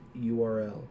URL